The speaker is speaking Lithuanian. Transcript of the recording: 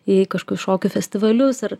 į kažkokius šokių festivalius ir